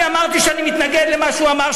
אמרתי שאני מתנגד למה שהוא אמר,